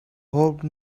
hopped